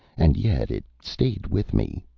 and yet it stayed with me.